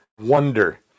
wonder